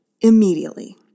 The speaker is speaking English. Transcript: immediately